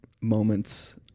moments